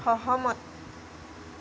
সহমত